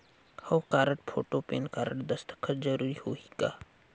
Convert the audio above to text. हव card, photo, PAN card, दस्खत जरूरी होही का?